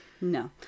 no